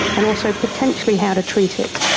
and also potentially how to treat it.